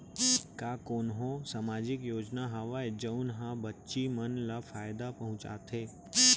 का कोनहो सामाजिक योजना हावय जऊन हा बच्ची मन ला फायेदा पहुचाथे?